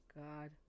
God